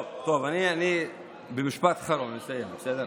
טוב, אני במשפט אחרון, מסיים, בסדר?